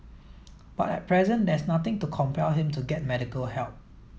but at present there is nothing to compel him to get medical help